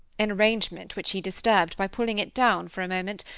an arrangement which he disturbed by pulling it down for a moment,